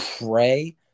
Pray